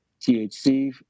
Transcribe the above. THC